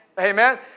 Amen